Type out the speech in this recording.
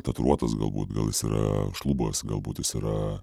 tatuiruotas galbūt gal jis yra šlubas galbūt jis yra